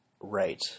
Right